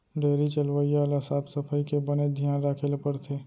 dairy चलवइया ल साफ सफई के बनेच धियान राखे ल परथे